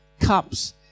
Cups